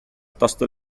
tosto